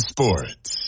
Sports